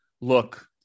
look